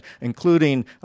including